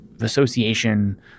association